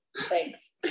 Thanks